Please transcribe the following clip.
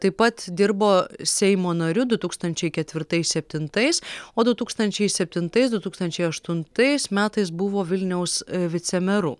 taip pat dirbo seimo nariu du tūkstančiai ketvirtais septintais o du tūkstančiai septintais du tūkstančiai aštuntais metais buvo vilniaus vicemeru